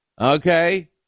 Okay